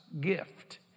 gift